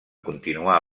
continuar